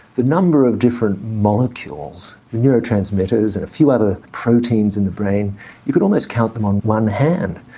the number of different molecules, neurotransmitters, and a few other proteins in the brain you could almost count them on one hand.